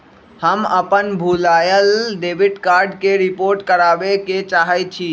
हम अपन भूलायल डेबिट कार्ड के रिपोर्ट करावे के चाहई छी